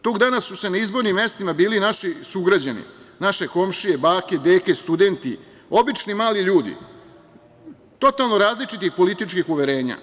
Tog dana su se na izbornim mestima bili naši sugrađani, naše komšije, bake, dede, studenti, obični mali ljudi totalno različitih političkih uverenja.